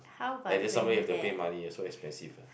and this somewhere you have to pay money yeah so expensive ah